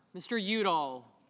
mr. udall